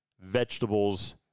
vegetables